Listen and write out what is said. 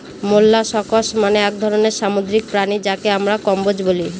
molluscs মানে এক ধরনের সামুদ্রিক প্রাণী যাকে আমরা কম্বোজ বলি